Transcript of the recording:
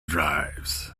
drives